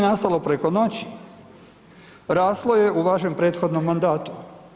Nije nastalo preko noći, raslo je u vašem prethodnom mandatu.